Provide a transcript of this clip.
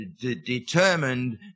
determined